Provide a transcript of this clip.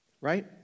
right